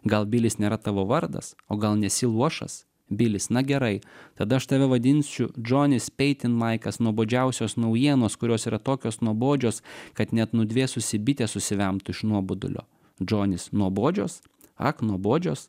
gal bilis nėra tavo vardas o gal nesi luošas bilis na gerai tada aš tave vadinsiu džonis peitinmaikas nuobodžiausios naujienos kurios yra tokios nuobodžios kad net nudvėsusi bitė susivemtų iš nuobodulio džonis nuobodžios ak nuobodžios